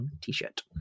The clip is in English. t-shirt